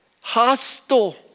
Hostile